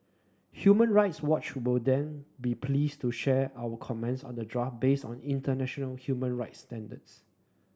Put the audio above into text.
Human Rights Watch would then be pleased to share our comments on the draft based on international human rights standards